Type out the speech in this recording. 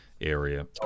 area